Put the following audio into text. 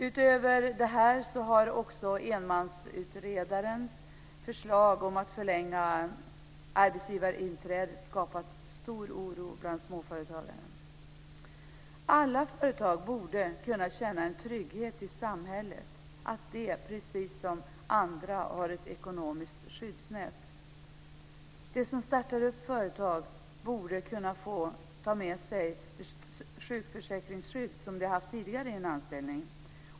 Utöver det här har också enmansutredarens förslag om att förlänga arbetsgivarinträdet skapat stor oro för småföretagarna. Alla företagare borde kunna känna en trygghet i samhället att de, precis som andra, har ett ekonomiskt skyddsnät. De som startar företag borde kunna få ta med sig det sjukförsäkringsskydd som de haft i en tidigare anställning.